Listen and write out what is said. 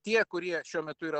tie kurie šiuo metu yra